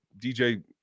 DJ